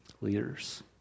leaders